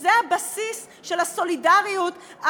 שזה הבסיס של הסולידריות,